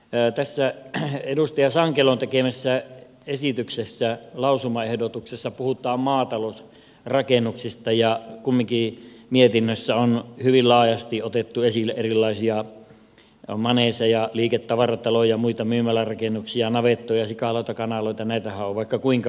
tässä edustaja sankelon tekemässä lausumaehdotuksessa puhutaan maatalousrakennuksista ja kumminkin mietinnössä on hyvin laajasti otettu esille erilaisia maneeseja liike ja tavarataloja ja muita myymälärakennuksia navettoja sikaloita kanaloita näitähän on vaikka kuinka paljon